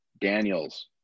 Daniels